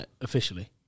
officially